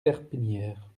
verpillière